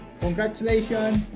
congratulations